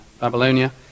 Babylonia